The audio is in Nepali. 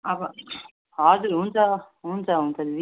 अब हजुर हुन्छ हुन्छ हुन्छ दिदी